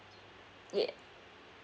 ya